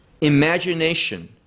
imagination